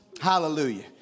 Hallelujah